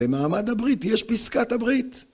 במעמד הברית יש פסקת הברית